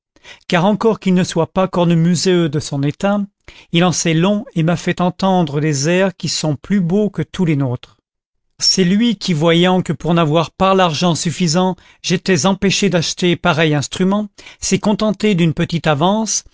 car encore qu'il ne soit pas cornemuseux de son état il en sait long et m'a fait entendre des airs qui sont plus beaux que tous les nôtres c'est lui qui voyant que pour n'avoir pas l'argent suffisant j'étais empêché d'acheter pareil instrument s'est contenté d'une petite avance